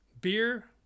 beer